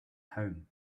home